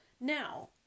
now